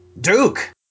Duke